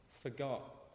forgot